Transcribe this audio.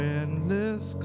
endless